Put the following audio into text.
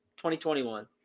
2021